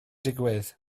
digwydd